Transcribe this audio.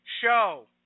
show